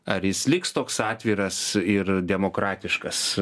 ar jis liks toks atviras ir demokratiškas